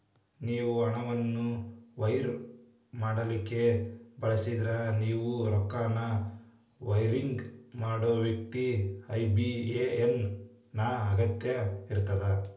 ನೇವು ಹಣವನ್ನು ವೈರ್ ಮಾಡಲಿಕ್ಕೆ ಬಯಸಿದ್ರ ನೇವು ರೊಕ್ಕನ ವೈರಿಂಗ್ ಮಾಡೋ ವ್ಯಕ್ತಿ ಐ.ಬಿ.ಎ.ಎನ್ ನ ಅಗತ್ಯ ಇರ್ತದ